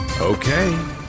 Okay